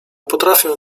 potrafią